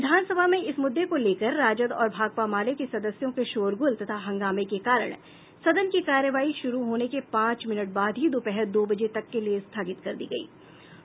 विधानसभा में इस मुद्दे को लेकर राजद और भाकपा माले के सदस्यों के शोरगुल तथा हंगामे के कारण सदन की कार्यवाही शुरू होने के पांच मिनट बाद ही दोपहर दो बजे तक के लिए स्थगित कर दी गयी थी